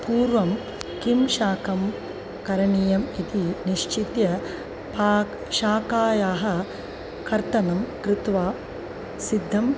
पूर्वं किं शाकं करणीयम् इति निश्चित्य पाकशाकानां कर्तनं कृत्वा सिद्धम्